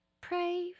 Pray